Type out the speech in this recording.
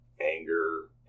anger